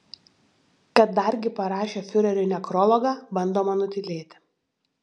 kad dargi parašė fiureriui nekrologą bandoma nutylėti